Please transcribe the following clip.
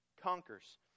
conquers